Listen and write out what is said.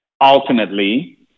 ultimately